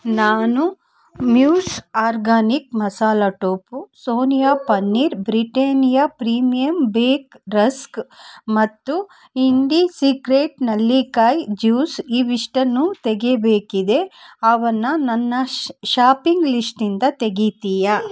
ನಾನು muse organic ಮಸಾಲೆ tofu ಸೋನಿಯ paneer Britannia premium bake rusk ಮತ್ತು ಇಂಡಿಸೀಕ್ರೇಟ್ ನೆಲ್ಲಿಕಾಯಿ ಜ್ಯೂಸ್ ಇವಿಷ್ಟನ್ನು ತೆಗೀಬೇಕಿದೆ ಅವನ್ನು ನನ್ನ ಷಾಪಿಂಗ್ ಲಿಷ್ಟಿಂದ ತೆಗೀತೀಯಾ